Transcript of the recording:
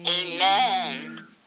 Amen